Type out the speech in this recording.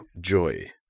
joy